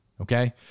Okay